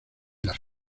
las